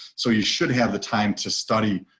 so you should have the time to study.